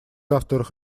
авторов